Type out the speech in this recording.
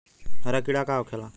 हरा कीड़ा का होखे ला?